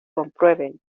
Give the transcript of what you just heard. comprueben